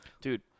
Dude